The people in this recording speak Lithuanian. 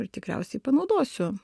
ir tikriausiai panaudosiu